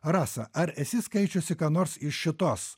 rasa ar esi skaičiusi ką nors iš šitos